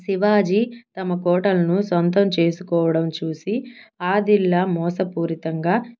శివాజీ తమ కోటలను సొంతం చేసుకోవడం చూసి ఆదిల్షా మోసపూరితంగా